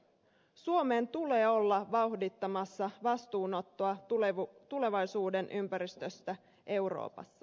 suomen tulee olla vauhdittamassa vastuunottoa tulevaisuuden ympäristöstä euroopassa